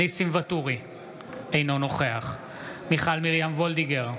אינו נוכח מיכל מרים וולדיגר,